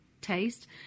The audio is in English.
taste